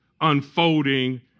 unfolding